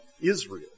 Israel